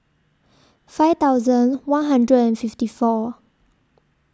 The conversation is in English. five thousand one hundred and fifty four